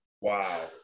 Wow